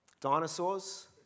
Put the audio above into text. Dinosaurs